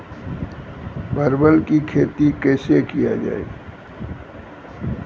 परवल की खेती कैसे किया जाय?